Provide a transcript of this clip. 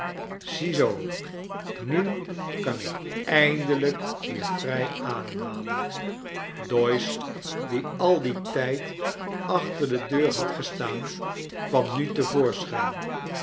ziezoo nu kan ik eindelijk weer vrij aclemhalen doyce die al dien tijd achter de deur had gestaan kwam nu